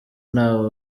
ntawe